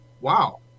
Wow